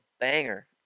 banger